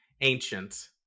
ancient